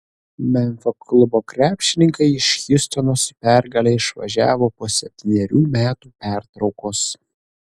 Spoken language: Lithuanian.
memfio klubo krepšininkai iš hjustono su pergale išvažiavo po septynerių metų pertraukos